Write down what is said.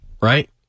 right